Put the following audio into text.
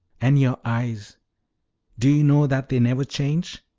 and your eyes do you know that they never change!